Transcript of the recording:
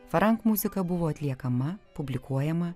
farank muzika buvo atliekama publikuojama